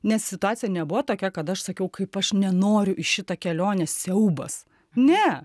nes situacija nebuvo tokia kad aš sakiau kaip aš nenoriu į šitą kelionę siaubas ne